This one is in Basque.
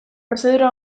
prozedura